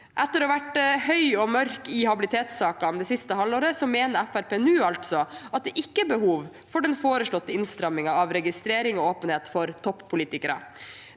Etter å ha vært høy og mørk i habilitetsakene det siste halvåret, mener Fremskrittspartiet nå altså at det ikke er behov for den foreslåtte innstrammingen av registrering og åpenhet for toppolitikere.